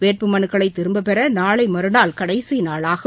வேட்புமனுக்களைதிரும்பப்பெறநாளைமறுநாள் கடைசிநாளாகும்